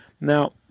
Now